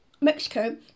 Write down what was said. Mexico